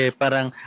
parang